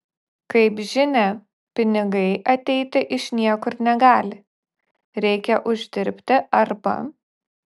kaip žinia pinigai ateiti iš niekur negali reikia uždirbti arba